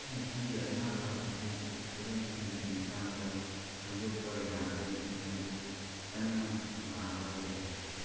ꯃꯁꯤꯒꯤ ꯑꯅꯥꯕ ꯑꯁꯤ ꯈꯨꯗꯝꯁꯤꯡꯒꯤ ꯈꯨꯊꯥꯡꯗ ꯈꯪꯗꯣꯛꯄ ꯌꯥꯒꯅꯤ ꯃꯗꯨ ꯀꯟꯅ ꯅꯥꯕ ꯌꯥꯏ